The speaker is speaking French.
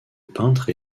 peintre